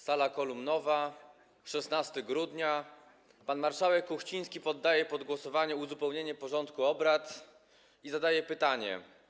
Sala kolumnowa, 16 grudnia, pan marszałek Kuchciński poddaje pod głosowanie uzupełnienie porządku obrad i zadaje pytanie: